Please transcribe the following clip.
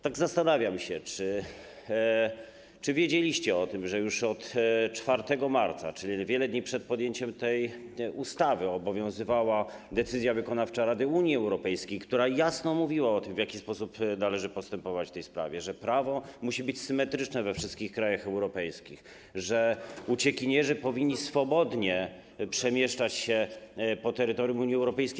Tak zastanawiam się, czy wiedzieliście o tym, że już od 4 marca, czyli wiele dni przed podjęciem tej ustawy, obowiązywała decyzja wykonawcza Rady Unii Europejskiej, która jasno mówiła o tym, w jaki sposób należy postępować w tej sprawie, że prawo musi być symetryczne we wszystkich krajach europejskich, że uciekinierzy powinni swobodnie przemieszczać się po terytorium Unii Europejskiej.